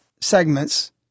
segments